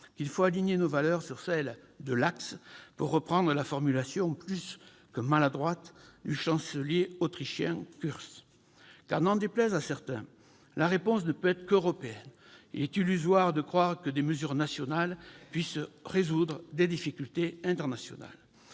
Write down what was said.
qu'il faut aligner nos valeurs sur celles de « l'axe », pour reprendre la formulation plus que maladroite du Chancelier autrichien Sebastian Kurz. En effet, n'en déplaise à certains, la réponse ne peut qu'être européenne. Il est illusoire de croire que des mesures nationales pourront résoudre des difficultés internationales.